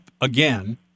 again